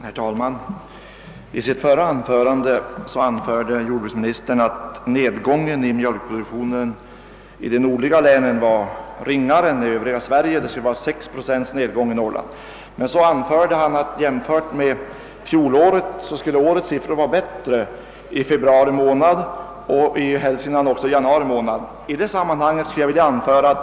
Herr talman! I sitt förra anförande sade jordbruksministern att nedgången i mjölkproduktionen skulle vara mindre i de nordliga länen än i det övriga Sverige; i Norrland skulle nedgången ha varit 6 procent. Jordbruksministern anförde vidare att årets siffror för februari och i Hälsingland även för januari månad skulle vara bättre, jämförda med motsvarande tid förra året.